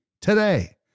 today